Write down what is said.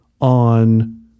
on